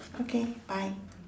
okay bye